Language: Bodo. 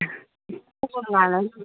खबर लानो